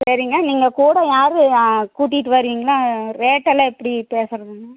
சரிங்க நீங்கள் கூட யார் கூட்டிகிட்டு வரீங்களா ரேட்டெல்லாம் எப்படி பேசருந்துங்க